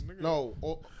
No